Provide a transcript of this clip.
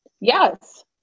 Yes